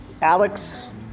Alex